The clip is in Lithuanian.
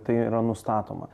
tai yra nustatoma